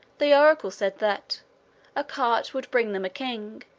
the oracle said that a cart would bring them a king,